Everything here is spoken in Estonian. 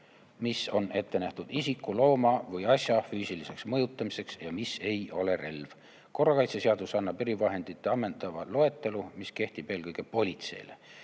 mis on ette nähtud isiku, looma või asja füüsiliseks mõjutamiseks ja mis ei ole relv. Korrakaitseseadus annab erivahendite ammendava loetelu, mis kehtib eelkõige politseile.